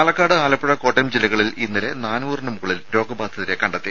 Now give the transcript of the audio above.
പാലക്കാട് ആലപ്പുഴ കോട്ടയം ജില്ലകളിൽ ഇന്നലെ നാനൂറിന് മുകളിൽ രോഗബാധിതരെ കണ്ടെത്തി